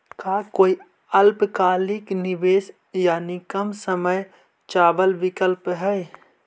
का कोई अल्पकालिक निवेश यानी कम समय चावल विकल्प हई?